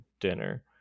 dinner